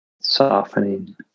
softening